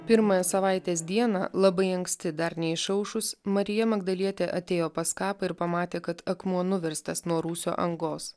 pirmąją savaitės dieną labai anksti dar neišaušus marija magdalietė atėjo pas kapą ir pamatė kad akmuo nuverstas nuo rūsio angos